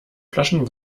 flaschen